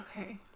Okay